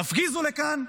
תפגיזו לכאן,